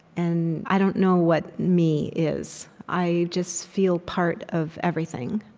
and i don't know what me is. i just feel part of everything.